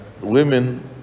women